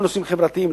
לנושאים חברתיים.